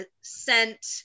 sent